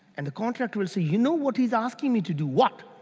and the contractor would say, you know what he's asking me to do? what?